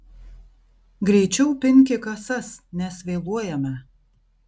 greičiau pinki kasas nes vėluojame